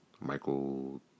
Michael